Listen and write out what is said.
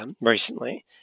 recently